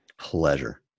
Pleasure